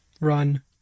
Run